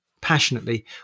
passionately